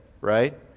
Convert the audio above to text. right